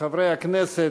חברי הכנסת,